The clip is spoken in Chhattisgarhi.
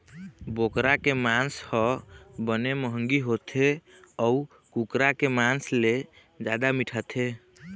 बोकरा के मांस ह बने मंहगी होथे अउ कुकरा के मांस ले जादा मिठाथे